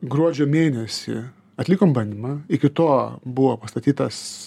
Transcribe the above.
gruodžio mėnesį atlikom bandymą iki to buvo pastatytas